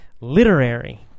Literary